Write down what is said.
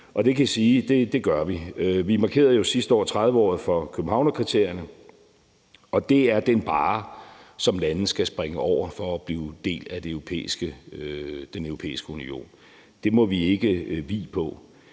vi gør. Vi markerede jo sidste år 30-året for Københavnskriterierne, og det er den barre, som landene skal springe over for at blive en del af Den Europæiske Union. Det må vi ikke vige på.